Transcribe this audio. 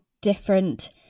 different